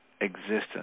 existence